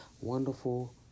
wonderful